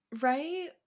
right